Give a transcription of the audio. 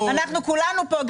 כולנו פה,